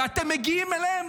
ואתם מגיעים אליהם,